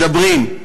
מדברים,